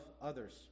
others